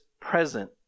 present